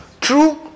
true